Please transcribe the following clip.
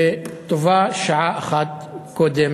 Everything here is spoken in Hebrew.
וטובה שעה אחת קודם.